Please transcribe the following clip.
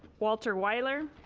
walter willer.